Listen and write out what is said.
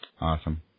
Awesome